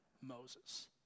Moses